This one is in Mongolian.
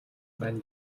байна